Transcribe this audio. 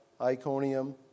Iconium